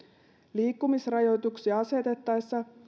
liikkumisrajoituksia asetettaessa